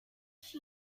she